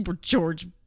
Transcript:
George